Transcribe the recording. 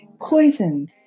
poison